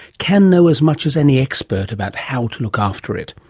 can know as much as any expert about how to look after it.